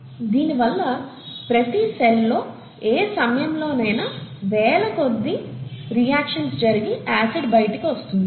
దీని వల్ల ప్రతి సెల్ లో ఏ సమయంలోనైనా వేల కొద్దీ రియాక్షన్స్ జరిగి ఆసిడ్ బైటికి వస్తుంది